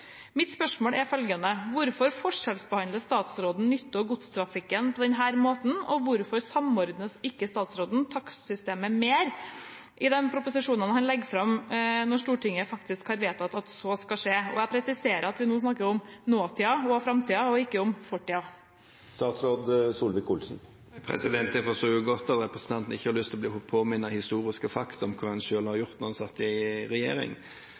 Mitt spørsmål er følgende: Hvorfor forskjellsbehandler statsråden nytte- og godstrafikken på denne måten, og hvorfor samordner ikke statsråden takstsystemet mer i de proposisjonene han legger fram, når Stortinget faktisk har vedtatt at så skal skje? Og jeg presiserer at vi snakker om nåtiden og framtiden og ikke om fortiden. Jeg forstår godt at representanten ikke har lyst til å bli påminnet historiske fakta om hva ens eget parti har gjort da de satt i regjering.